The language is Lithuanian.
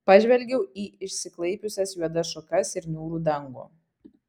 pažvelgiau į išsiklaipiusias juodas šakas ir niūrų dangų